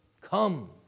Come